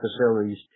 facilities